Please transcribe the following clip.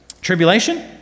tribulation